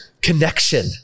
connection